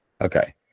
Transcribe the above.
Okay